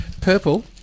purple